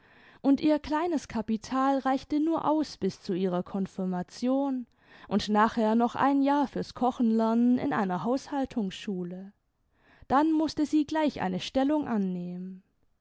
und ihr kleines kapital reichte nur aus bis zu ihrer konfirmation und nachher noch ein jahr fürs kochenlernen in einer haushaltungsschule dann mußte sie gleich eine stellung annehmen